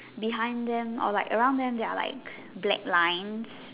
behind them or like around them there are like lack line